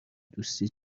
دوستی